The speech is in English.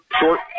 short